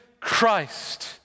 Christ